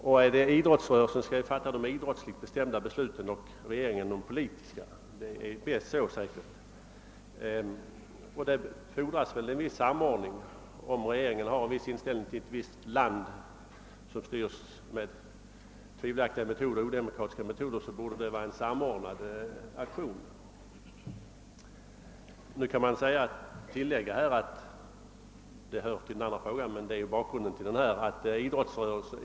Men «idrottsrörelsen skall fatta de idrottsligt bestämmande besluten och regeringen de politiska; det är bäst så, måste man anse. Men där fordras det en viss samordning. Om regeringen har en viss inställning till ett speciellt land som styrs med tvivelaktiga och odemokratiska metoder, så borde det göras en samordnad aktion om en aktion över huvud skall göras.